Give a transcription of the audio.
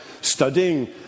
studying